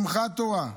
שמחת תורה.